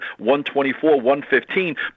124-115